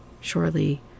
Surely